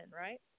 Right